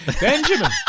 Benjamin